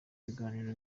ibiganiro